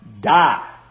die